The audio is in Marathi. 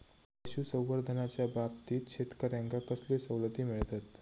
पशुसंवर्धनाच्याबाबतीत शेतकऱ्यांका कसले सवलती मिळतत?